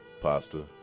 pasta